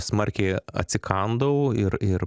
smarkiai atsikandau ir ir